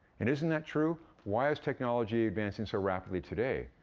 and isn't that true? why is technology advancing so rapidly today?